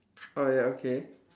oh ya okay